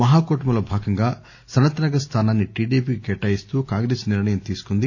మహాకూటమి లో భాగంగా సనత్నగర్ స్టానాన్ని టిడిపి కి కేటాయిస్తూ కాంగ్రెస్ నిర్ణయం తీసుకుంది